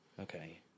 okay